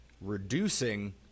reducing